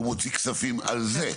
הוא מוציא כספים על זה.